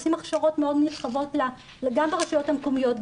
עושים הכשרות מאוד נרחבות גם ברשויות המקומיות,